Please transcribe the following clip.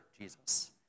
Jesus